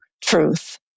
truth